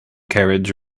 carriage